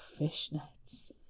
fishnets